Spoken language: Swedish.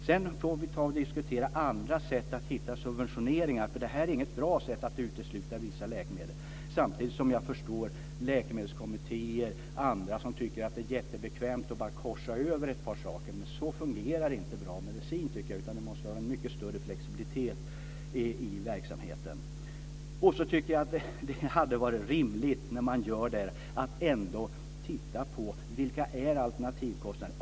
Sedan får vi diskutera andra sätt att hitta subventioneringar, för det är inget bra sätt att utesluta vissa läkemedel. Samtidigt förstår jag läkemedelskommittéer och andra som tycker att det är jättebekvämt att bara korsa över ett par saker. Så fungerar inte bra medicin, tycker jag. Det måste vara en mycket större flexibilitet i verksamheten. Och så tycker jag att det hade varit rimligt när man gör detta att ändå titta på alternativkostnaderna.